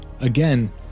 Again